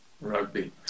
Rugby